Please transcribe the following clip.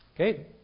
Okay